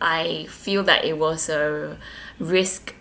I feel that it was a risk